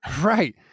Right